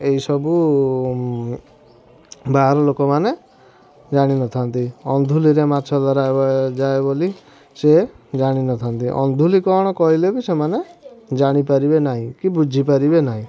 ଏଇସବୁ ବାହାର ଲୋକମାନେ ଜାଣିନଥାଆନ୍ତି ଅନ୍ଧୁଲିରେ ମାଛ ଧରାଯାଏ ବୋଲି ସେ ଜାଣିନଥାଆନ୍ତି ଅନ୍ଧୁଲି କ'ଣ କହିଲେ ବି ସେମାନେ ଜାଣିପାରିବେ ନାହିଁ କି ବୁଝିପାରିବେ ନାହିଁ